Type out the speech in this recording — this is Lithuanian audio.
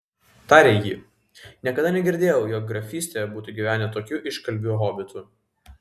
tarė ji niekada negirdėjau jog grafystėje būtų gyvenę tokių iškalbių hobitų